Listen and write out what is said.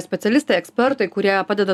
specialistai ekspertai kurie padeda